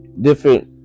different